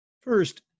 first